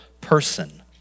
person